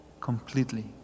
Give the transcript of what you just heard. completely